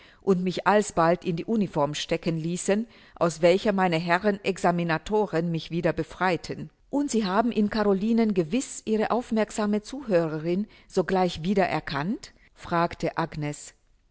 und mich alsbald in die uniform stecken ließen aus welcher meine herren examinatoren mich wieder befreiten und sie haben in carolinen gewiß ihre aufmerksame zuhörerin sogleich wieder erkannt fragte agnes